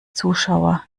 zuschauer